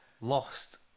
Lost